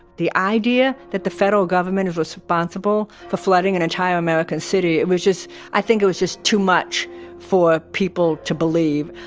the idea that the federal government is responsible for flooding an entire american city and was just i think it was just too much for people to believe.